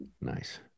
Nice